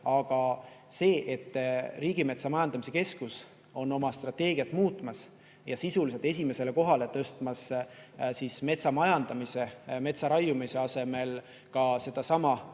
Aga see, et Riigimetsa Majandamise Keskus on oma strateegiat muutmas ja sisuliselt esimesele kohale tõstmas metsamajandamist, metsa raiumise asemel, ka sedasama